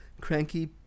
Cranky